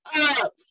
up